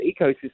ecosystem